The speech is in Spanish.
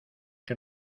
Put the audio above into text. que